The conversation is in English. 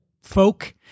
folk